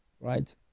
right